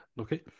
Okay